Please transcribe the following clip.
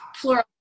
plural